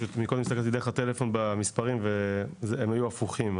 פשוט מקודם הסתכלתי דרך הטלפון והמספרים היו הפוכים.